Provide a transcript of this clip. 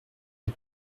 des